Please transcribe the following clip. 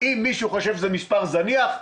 אם מישהו חושב שזה מספר זניח,